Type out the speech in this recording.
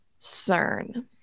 CERN